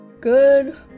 Good